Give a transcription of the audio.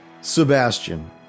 Sebastian